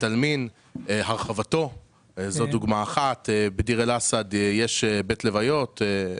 עלמין והרחבתו ובדיר אל-אסד יש בית לוויות.